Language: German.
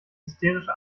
hysterische